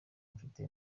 mfite